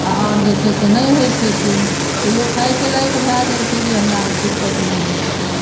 आ आब जे छै से नहि होइ छै से तैयो खाएके लायक भऽ जाइ छै से हमरा दिक्कत नहि होइ छै